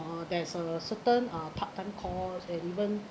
uh there's a certain uh part-time call and even